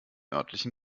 örtlichen